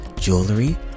jewelry